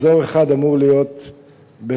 אזור אחד אמור להיות בשפרעם,